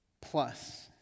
plus